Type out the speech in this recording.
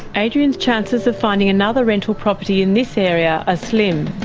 adrian's chances of finding another rental property in this area are slim.